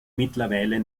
mittlerweile